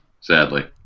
sadly